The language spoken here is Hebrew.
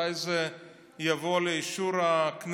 אני לא יודע מתי זה יבוא לאישור הכנסת.